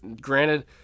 Granted